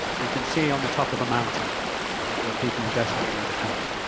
we can say on the top of a mountain that there are people in desperate need of help.